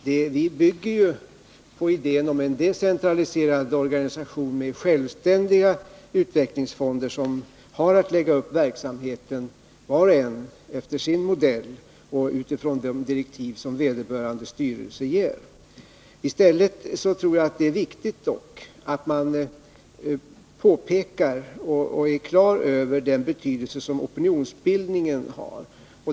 Vi bygger ju på idén om en decentraliserad organisation med självständiga utvecklingsfonder, som har att lägga upp verksamheten var och en efter sin modell och utifrån de direktiv som vederbörande styrelse ger. I stället tror jag att det är viktigt att man påpekar den betydelse som opinionsbildningen har.